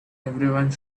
everyone